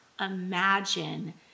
imagine